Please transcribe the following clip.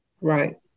Right